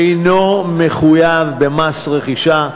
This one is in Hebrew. אינו מחויב במס רכישה,